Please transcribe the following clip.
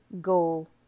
goal